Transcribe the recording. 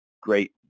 great